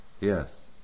Yes